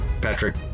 Patrick